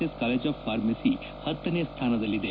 S college of pharmacy ಪತ್ತನೇ ಸ್ಥಾನದಲ್ಲಿದೆ